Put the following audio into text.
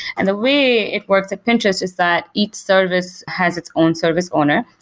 and the way it works at pinterest is that each service has its own service owner,